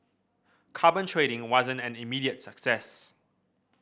carbon trading wasn't an immediate success